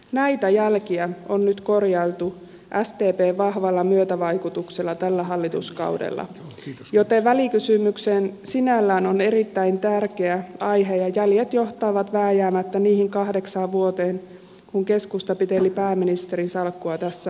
näitä jälkiä on nyt korjailtu sdpn vahvalla myötävaikutuksella tällä hallituskaudella joten välikysymykseen sinällään on erittäin tärkeä aihe ja jäljet johtavat vääjäämättä niihin kahdeksaan vuoteen kun keskusta piteli pääministerin salkkua tässä maassa